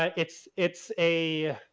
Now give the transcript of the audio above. ah it's, it's a.